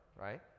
right